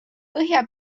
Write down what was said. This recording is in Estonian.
põhja